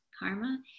karma